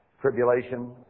tribulation